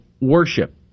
worship